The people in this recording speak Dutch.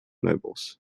meubels